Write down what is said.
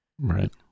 right